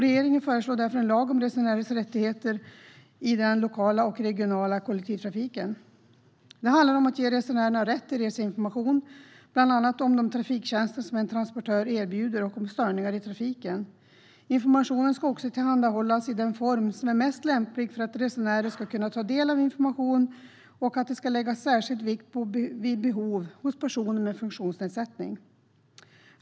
Regeringen föreslår därför en lag om resenärers rättigheter i den lokala och regionala kollektivtrafiken. Det handlar om att ge resenärerna rätt till reseinformation, bland annat om de trafiktjänster som en transportör erbjuder och om störningar i trafiken. Informationen ska tillhandahållas i den form som är mest lämplig för att resenärer ska kunna ta del av informationen, och det ska läggas särskild vikt vid behov hos personer med funktionsnedsättning.